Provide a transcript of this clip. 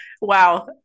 Wow